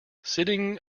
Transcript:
sitting